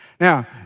Now